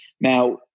now